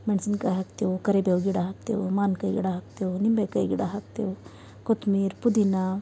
ಮೆಣ್ಸಿನ್ಕಾಯಿ ಹಾಕ್ತಿವಿ ಕರಿಬೇವು ಗಿಡ ಹಾಕ್ತಿವಿ ಮಾನ್ಕಾಯಿ ಗಿಡ ಹಾಕ್ತಿವಿ ಲಿಂಬೆಕಾಯಿ ಗಿಡ ಹಾಕ್ತಿವಿ ಕೊತ್ಮೀರ್ ಪುದೀನ